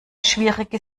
schwierige